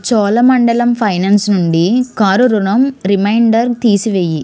Cholamandalam finance నుండి car రుణంకి reminder తీసివేయి